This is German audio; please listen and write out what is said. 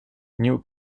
new